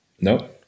no